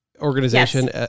Organization